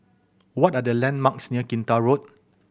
what are the landmarks near Kinta Road